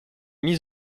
mises